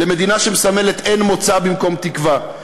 למדינה שמסמלת אין מוצא במקום תקווה,